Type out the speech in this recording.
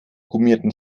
gummierten